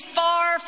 far